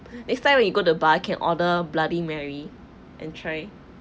next time we go to bar can order bloody mary and try